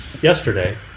Yesterday